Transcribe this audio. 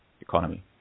economy